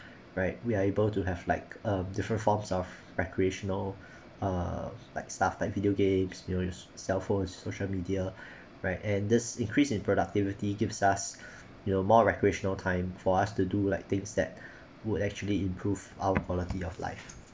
right we are able to have like a different forms of recreational um like stuff like video games cell phones social media right and this increase in productivity gives us you know more recreational time for us to do like things that would actually improve our quality of life